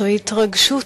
זוהי התרגשות